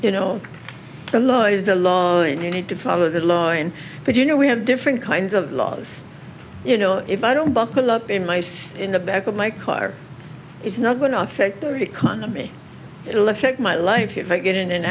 you know the law is the law and you need to follow the law and but you know we have different kinds of laws you know if i don't buckle up in my seat in the back of my car it's not going to affect our economy it will affect my life if i get in an